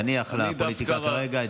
תניח לפוליטיקה כרגע.